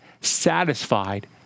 satisfied